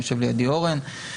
יושב לידי אורן שמכיר.